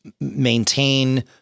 maintain